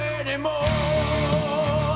anymore